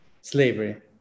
slavery